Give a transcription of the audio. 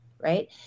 right